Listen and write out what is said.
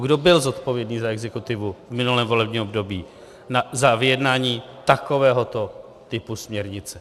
Kdo byl zodpovědný za exekutivu v minulém volebním období za vyjednání takovéhoto typu směrnice?